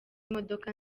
imodoka